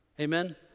Amen